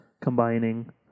combining